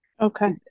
Okay